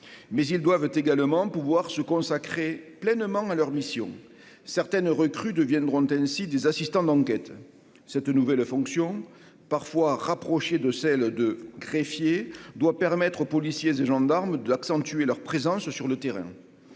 mais ils doivent également pouvoir se consacrer pleinement à leur mission, certaines recrues deviendront ainsi des assistants d'enquête cette nouvelle fonction parfois de celle de greffier doit permettre aux policiers, de gendarmes, d'accentuer leur présence sur le terrain